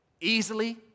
easily